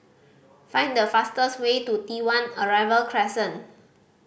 find the fastest way to T One Arrival Crescent